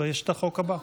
יש את החוק הבא.